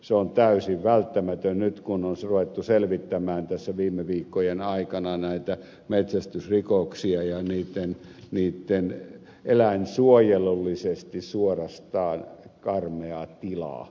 se on täysin välttämätön nyt kun on ruvettu selvittämään tässä viime viikkojen aikana näitä metsästysrikoksia ja niitten eläinsuojelullisesti suorastaan karmeaa tilaa